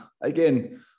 again